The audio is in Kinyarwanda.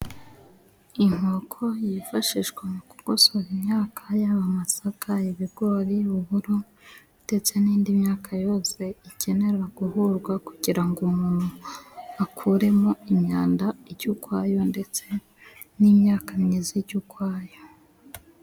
Inkoko yifashishwa mu kugosora imyaka, yaba amasaka, ibigori, uburo, ndetse n'indi myaka yose ikenera guhurwa, kugira ngo umuntu akuremo imyanda ijye ukwayo, ndetse n'imyaka myiza ijye ukwayo.